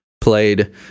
played